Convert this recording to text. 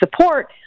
support